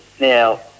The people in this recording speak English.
Now